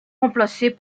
remplacées